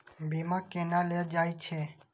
बीमा केना ले जाए छे?